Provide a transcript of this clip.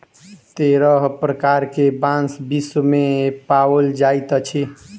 तेरह प्रकार के बांस विश्व मे पाओल जाइत अछि